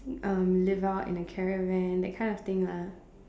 um live out in a caravan that kind of thing lah